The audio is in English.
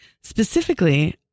Specifically